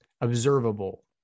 observable